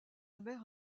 mère